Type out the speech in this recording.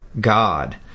God